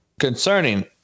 concerning